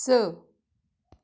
स